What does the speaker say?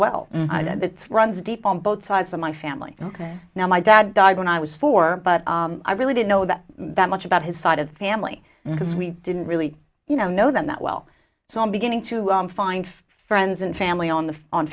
well and that runs deep on both sides of my family ok now my dad died when i was four but i really didn't know that that much about his side of the family because we didn't really you know know that well so i'm beginning to find friends and family on the on